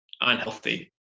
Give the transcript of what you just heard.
unhealthy